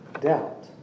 doubt